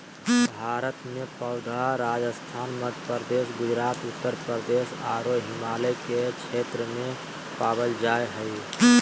भारत में पौधा राजस्थान, मध्यप्रदेश, गुजरात, उत्तरप्रदेश आरो हिमालय के क्षेत्र में पावल जा हई